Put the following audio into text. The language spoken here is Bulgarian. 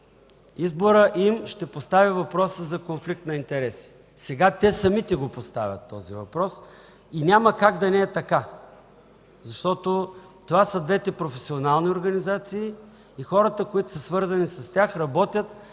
изборът им ще постави въпроса за конфликт на интереси. Сега те самите поставят този въпрос и няма как да не е така, защото това са двете професионални организации и хората, които са свързани с тях, работят